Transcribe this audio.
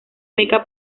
beca